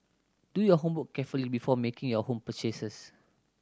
do your homework carefully before making your home purchases